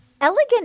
elegant